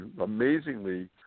amazingly